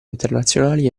internazionali